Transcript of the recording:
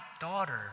daughter